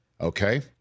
Okay